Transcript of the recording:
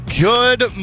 Good